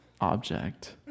object